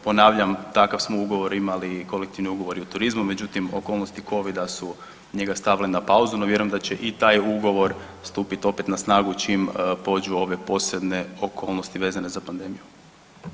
Ponavljam, takav smo ugovor imali i kolektivni ugovor u turizmu, međutim, okolnosti Covida su njega stavile na pauzu, no vjerujem da će i taj ugovor stupiti opet na snagu čim pođu ove posebne okolnosti vezane za pandemiju.